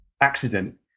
accident